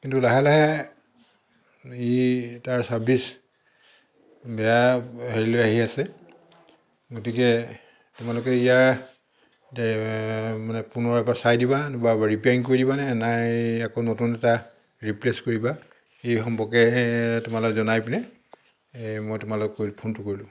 কিন্তু লাহে লাহে ই তাৰ চাৰ্ভিছ বেয়া হেৰিলৈ আহি আছে গতিকে তোমালোকে ইয়াৰ মানে পুনৰ এবাৰ চাই দিবা বা ৰিপেয়াৰিং কৰি দিবানে নাই আকৌ নতুন এটা ৰিপ্লেছ কৰিবা এই সম্পৰ্কে তোমালোকে জনাই পিনে মই তোমালোকলৈ ফোনটো কৰিলো